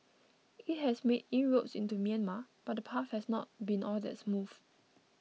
it has made inroads into Myanmar but the path has not been all that smooth